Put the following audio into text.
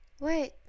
Wait